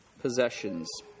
possessions